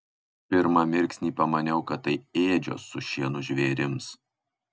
pirmą mirksnį pamaniau kad tai ėdžios su šienu žvėrims